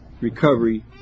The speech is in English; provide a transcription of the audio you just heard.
recovery